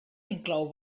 inclou